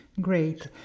Great